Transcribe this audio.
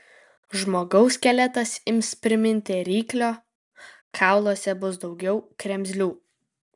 žmogaus skeletas ims priminti ryklio kauluose bus daugiau kremzlių